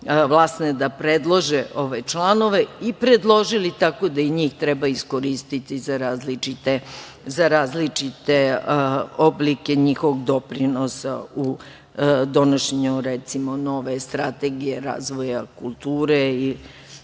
da predlože ove članove i predložili, tako da i njih treba iskoristiti za različite oblike njihovog doprinosa u donošenju, recimo nove strategije razvoja kulture i